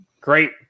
great